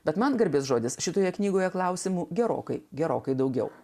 bet man garbės žodis šitoje knygoje klausimų gerokai gerokai daugiau